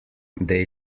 they